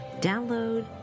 Download